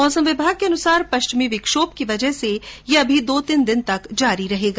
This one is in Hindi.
मौसम विभाग के अनुसार पश्चिमी विक्षोभ की वजह से ये अभी दो तीन दिन तक रहेगा